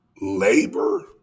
Labor